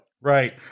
Right